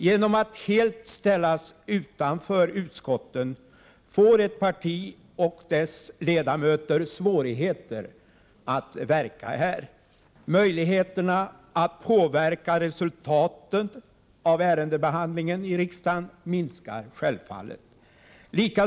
Genom att helt ställas utanför utskotten får ett parti och dess ledamöter svårigheter att verka i riksdagen. Möjligheterna att påverka resultatet av ärendebehandlingen i riksdagen kommer självfallet att minska.